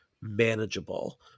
manageable